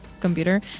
computer